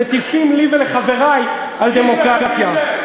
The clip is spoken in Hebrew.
מטיפים לי ולחברי על דמוקרטיה.